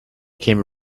came